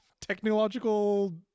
technological